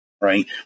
Right